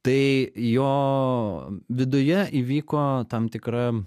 tai jo viduje įvyko tam tikra